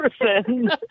person